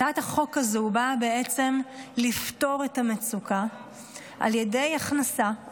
הצעת החוק הזאת באה לפתור את המצוקה על ידי הכנסה,